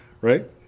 right